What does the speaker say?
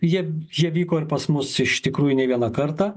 jie jie vyko ir pas mus iš tikrųjų ne vieną kartą